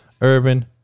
Urban